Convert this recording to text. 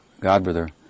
godbrother